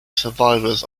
survivors